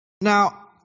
Now